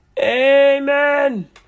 Amen